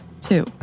Two